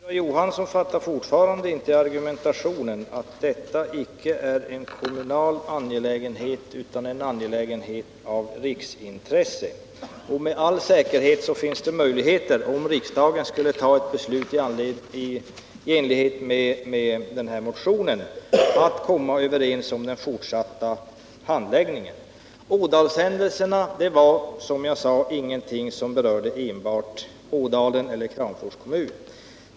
Herr talman! Tyra Johansson fattar fortfarande inte min argumentation, att detta inte bara är en kommunal angelägenhet utan en angelägenhet av riksintresse. Om riksdagen skulle ta ett beslut i enlighet med motionen, finns det med all säkerhet möjligheter att komma överens om den fortsatta handläggningen. Ådalenhändelserna berörde, som jag sade, inte enbart Ådalen eller Kramfors kommun.